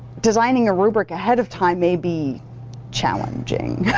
designing a rubric ahead of time may be challenging,